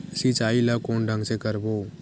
सिंचाई ल कोन ढंग से करबो?